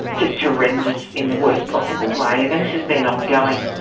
just horrendous in the worst possible way, and and this has been ongoing.